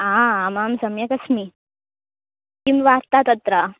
आ आमां सम्यकस्मि किं वार्ता तत्र